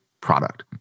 product